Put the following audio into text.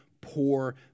poor